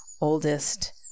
oldest